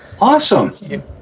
Awesome